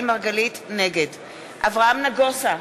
אברהם נגוסה,